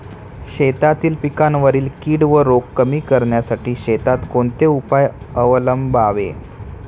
शेतातील पिकांवरील कीड व रोग कमी करण्यासाठी शेतात कोणते उपाय अवलंबावे?